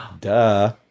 Duh